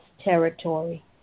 territory